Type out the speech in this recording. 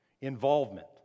involvement